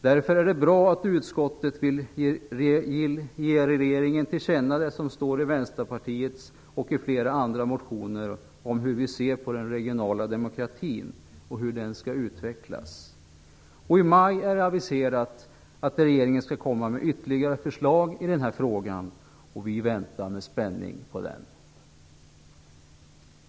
Därför är det bra att utskottet vill ge regeringen till känna det som står i Vänsterpartiets motion och i flera andra motioner om hur vi ser på den regionala demokratin och hur den skall utvecklas. I maj är det aviserat att regeringen skall komma med ytterligare förslag i frågan. Vi väntar med spänning på den.